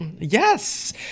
Yes